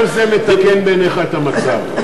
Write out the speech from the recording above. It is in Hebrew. וכל זה מתקן בעיניך את המצב.